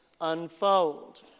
unfold